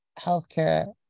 healthcare